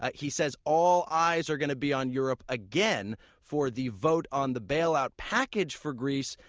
ah he says all eyes are going to be on europe again for the vote on the bailout package for greece.